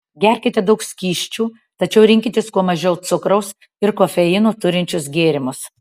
gerkite daug skysčių tačiau rinkitės kuo mažiau cukraus ir kofeino turinčius gėrimus